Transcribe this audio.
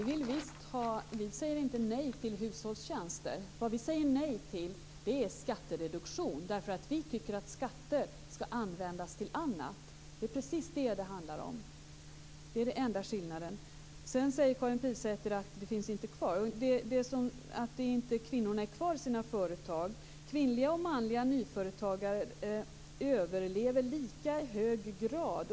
Herr talman! Vi säger inte nej till hushållstjänster. Vi säger nej till skattereduktion. Vi tycker att skatter skall användas till annat. Det är precis det det hela handlar om. Karin Pilsäter säger att kvinnorna inte finns kvar i sina företag. Kvinnliga och manliga nyföretagare överlever i lika hög grad.